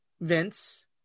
Vince